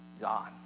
God